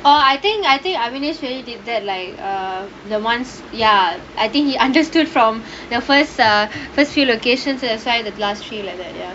oh I think I think did that like err the ones ya I think he understood from the first err first few locations inside the class three like that ya